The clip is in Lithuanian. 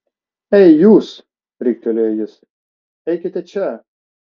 ei jūs riktelėjo jis eikite čia